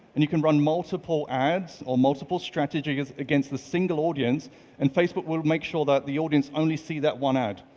and you can run multiple ads or multiple strategies against the single audience and facebook will make sure that the audience will only see that one ad.